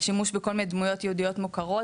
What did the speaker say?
שימוש בכל מיני דמויות יהודיות מוכרות,